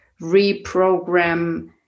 reprogram